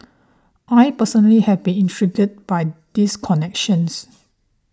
I personally have been intrigued by these connections